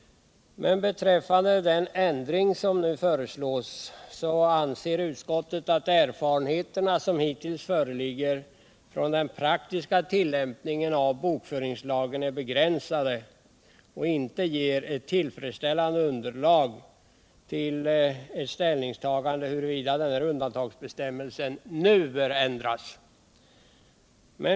Beträffande den ändring som nu föreslås anser emellertid utskottet att de erfarenheter från den praktiska tillämpningen av bokföringslagen som hittills föreligger är begränsade och inte ger ett tillfredsställande underlag för ställningstagande till frågan huruvida undantagsbestämmelsen nu bör ändras.